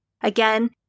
again